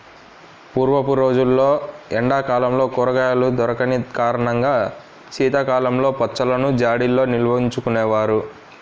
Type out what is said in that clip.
పూర్వపు రోజుల్లో ఎండా కాలంలో కూరగాయలు దొరికని కారణంగా శీతాకాలంలో పచ్చళ్ళను జాడీల్లో నిల్వచేసుకునే వాళ్ళు